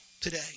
today